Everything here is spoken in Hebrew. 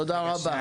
תודה רבה.